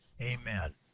amen